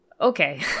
okay